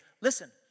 Listen